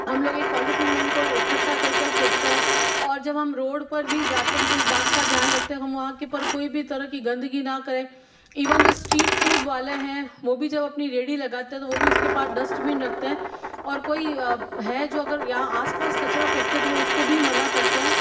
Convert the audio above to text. हम लोग एक पॉलिथीन में उनको इकट्ठा कर कर फेंकते हैं और जब हम रोड पर भी जाते हैं तो इस बात का ध्यान रखते हम वहाँ कि पर कोई भी तरह की गंदगी न करें ईविन जो स्ट्रीट फूड वाले हैं वह भी जब अपनी रेडी लगाते तो वह भी उसके पास डस्ट्बिन रखते हैं और कोई है जो अगर यहाँ आसपास कचरा फेंक दे उसको भी मना करते हैं